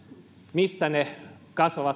missä ne kasvavat